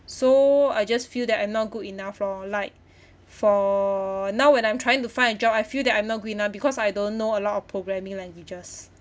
so I just feel that I'm not good enough lor like for now when I'm trying to find a job I feel that I'm not good enough because I don't know a lot of programming languages